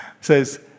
Says